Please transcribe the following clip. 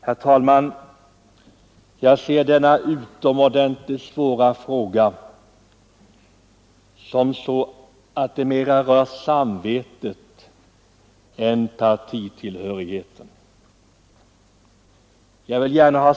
Herr talman! Jag ser denna utomordentligt svåra fråga som så att den mer rör samvetet än partitillhörigheten.